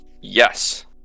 yes